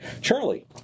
Charlie